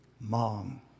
Mom